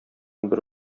бер